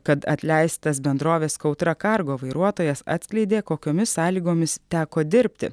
kad atleistas bendrovės kautra cargo vairuotojas atskleidė kokiomis sąlygomis teko dirbti